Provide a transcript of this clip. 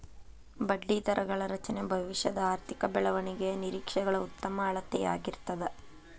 ಬಡ್ಡಿದರಗಳ ರಚನೆ ಭವಿಷ್ಯದ ಆರ್ಥಿಕ ಬೆಳವಣಿಗೆಯ ನಿರೇಕ್ಷೆಗಳ ಉತ್ತಮ ಅಳತೆಯಾಗಿರ್ತದ